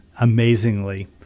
amazingly